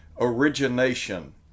origination